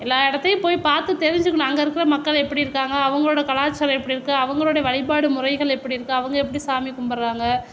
எல்லா இடத்தையும் போய் பார்த்து தெரிஞ்சுக்கணும் அங்கே இருக்கிற மக்கள் எப்படி இருக்காங்க அவங்ளோட கலாச்சாரம் எப்படி இருக்குது அவர்களோட வழிபாடு முறைகள் எப்படி இருக்குது அவங்க எப்படி சாமி கும்பிட்றாங்க